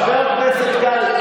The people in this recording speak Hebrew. חבר הכנסת קרעי.